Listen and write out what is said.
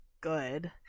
good